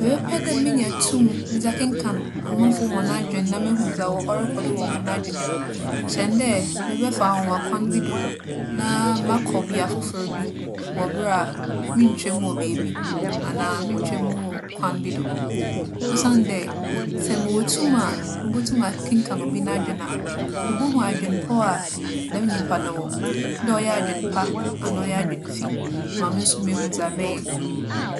Mebɛpɛ dɛ menya tum medze akenkan amamfo hͻn adwen na mehu dza wͻ - ͻrokͻ do wͻ hͻn adwen mu kyɛn dɛ mebɛfa anwanwa kwan bi do na makͻ bea fofor bi wͻ ber a munntwa mu wͻ beebi anaa munntwa mu wͻ kwan bi do. Osiandɛ sɛ mowͻ tum a mubotum akenkan obi n'adwen a, mubohu adwempͻw a dɛm nyimpa no wͻ, dɛ ͻyɛ adwempa anaa ͻyɛ adwemfi. Ama mo so, mehu dza mɛyɛ.